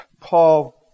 Paul